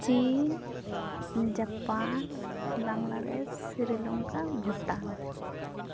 ᱪᱤᱱ ᱡᱟᱯᱟ ᱵᱟᱝᱞᱟᱫᱮᱥ ᱥᱨᱤᱞᱚᱝᱠᱟ ᱵᱷᱩᱴᱟᱱ